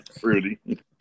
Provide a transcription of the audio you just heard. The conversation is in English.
Fruity